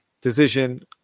decision